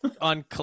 On